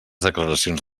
declaracions